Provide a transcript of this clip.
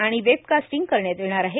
आणि वेबकास्टींग करण्यात येणार आहे